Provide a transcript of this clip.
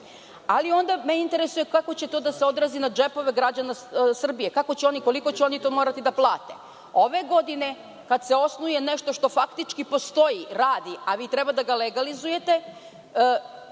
neozbiljno. Interesuje me kako će to da se odrazi na džepove građana Srbije? Kako će oni, koliko će oni morati da plate? Ove godine, kada se osnuje nešto što faktički postoji, radi, a vi treba da ga legalizujete,